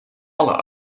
alle